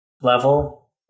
level